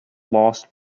lost